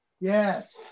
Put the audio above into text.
yes